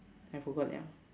I forgot liao